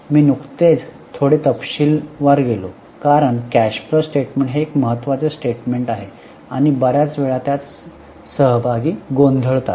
मी नुकतेच थोडे तपशील गेलो कारण कॅश फ्लो स्टेटमेंट हे एक महत्त्वाचे स्टेटमेंट आहे आणि बर्याच वेळा त्यात सहभागी गोंधळतात